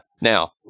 now